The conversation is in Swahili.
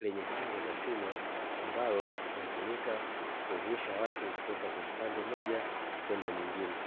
lenye kingo za chuma, ambalo linatumika kuvusha watu kutoka kwenye pande moja kwenda nyingine.